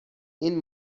این